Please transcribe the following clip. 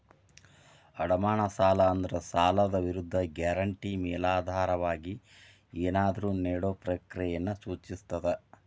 ಅಡಮಾನ ಸಾಲ ಅಂದ್ರ ಸಾಲದ್ ವಿರುದ್ಧ ಗ್ಯಾರಂಟಿ ಮೇಲಾಧಾರವಾಗಿ ಏನಾದ್ರೂ ನೇಡೊ ಪ್ರಕ್ರಿಯೆಯನ್ನ ಸೂಚಿಸ್ತದ